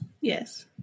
Yes